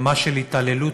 רמה של התעללות